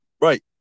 Right